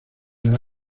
las